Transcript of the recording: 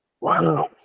Wow